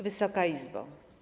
Wysoka Izbo!